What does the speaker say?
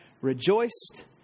rejoiced